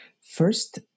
first